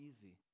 easy